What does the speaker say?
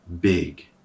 big